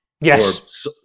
Yes